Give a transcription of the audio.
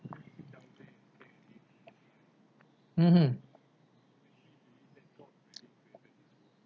mmhmm